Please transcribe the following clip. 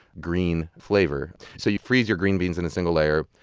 green flavor so you freeze your green beans in a single layer.